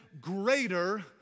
greater